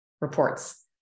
reports